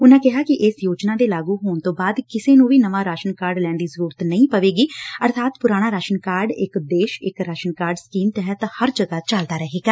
ਉਨਾਂ ਕਿਹਾਂ ਕਿ ਇਸ ਯੋਜਨਾਂ ਦੇ ਲਾਗੁ ਹੋਣ ਤੋਂ ਬਾਅਦ ਕਿਸੇ ਨੰ ਵੀ ਨਵਾਂ ਰਾਸ਼ਨ ਕਾਰਡ ਲੈਣ ਦੀ ਜ਼ਰੁਰਤ ਨਹੀ ਪਵੇਗੀ ਅਰਬਾਤ ਪੁਰਾਣਾ ਰਾਸ਼ਨ ਕਾਰਡ ਇਕ ਦੇਸ਼ ਇਕ ਰਾਸ਼ਨ ਕਾਰਡ ਸਕੀਮ ਤਹਿਤ ਹਰ ਜਗੁਾ ਚਲਦਾ ਰਹੇਗਾ